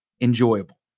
enjoyable